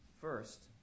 First